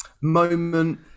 moment